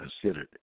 considered